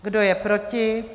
Kdo je proti?